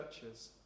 churches